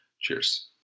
cheers